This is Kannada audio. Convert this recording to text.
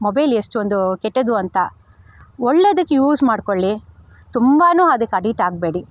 ಮೊಬೈಲ್ ಎಷ್ಟೊಂದು ಕೆಟ್ಟದ್ದು ಅಂತ ಒಳ್ಳೇದಕ್ಕೆ ಯೂಸ್ ಮಾಡಿಕೊಳ್ಳಿ ತುಂಬನೂ ಅದಕ್ಕೆ ಅಡಿಟ್ ಆಗಬೇಡಿ